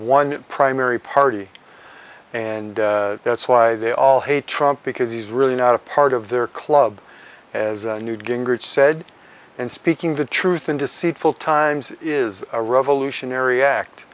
one primary party and that's why they all hate trump because he's really not a part of their club as newt gingrich said and speaking the truth in deceitful times is a revolutionary act